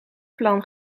plan